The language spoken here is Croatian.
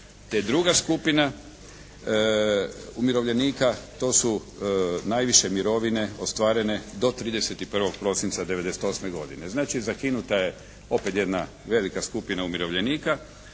Te druga skupina umirovljenika, to su najviše mirovine ostvarene do 31. prosinca '98. godine. Znači zakinuta je opet jedna velika skupina umirovljenika